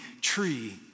tree